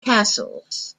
castles